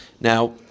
Now